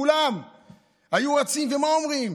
כולם היו רצים ומה אומרים?